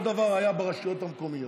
אותו דבר היה ברשויות המקומיות,